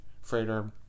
freighter